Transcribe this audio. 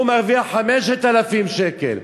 והוא מרוויח 5,000 שקל.